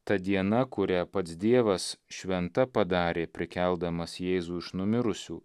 ta diena kurią pats dievas šventa padarė prikeldamas jėzų iš numirusių